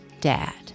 dad